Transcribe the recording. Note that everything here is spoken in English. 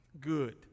good